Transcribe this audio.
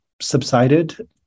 subsided